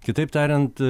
kitaip tariant